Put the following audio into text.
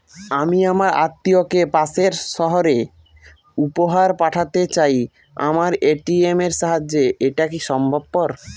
আমি আমার আত্মিয়কে পাশের সহরে উপহার পাঠাতে চাই আমার এ.টি.এম এর সাহায্যে এটাকি সম্ভবপর?